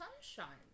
sunshine